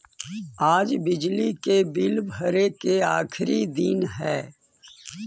आज बिजली के बिल भरे के आखिरी दिन हई